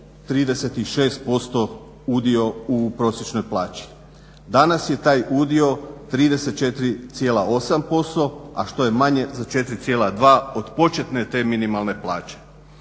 36% udio u prosječnoj plaći. Danas je taj udio 34,8% a što je manje za 4,2 od početne te minimalne plaće.